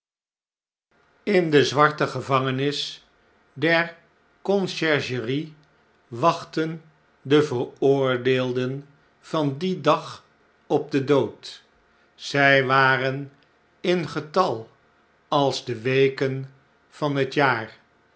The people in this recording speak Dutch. in de zwarte gevangenis der conciergerie wachtten de veroordeelden van dien dag op den dood zy waren in getal als de weken van het jaar